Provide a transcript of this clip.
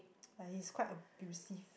like he's quite abusive